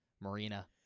marina